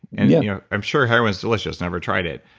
and yeah i'm sure heroin's delicious, never tried it.